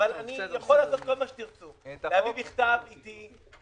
אני יכול לעשות כל מה שתרצו להביא איתי בכתב,